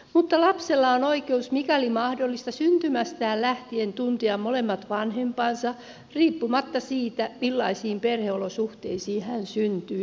mutta lapsella on oikeus mikäli mahdollista syntymästään lähtien tuntea molemmat vanhempansa riippumatta siitä millaisiin perheolosuhteisiin hän syntyy